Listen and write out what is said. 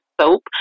soap